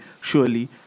surely